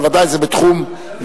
אבל זה בוודאי בתחום,